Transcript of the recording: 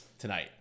tonight